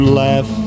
laugh